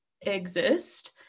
exist